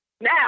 now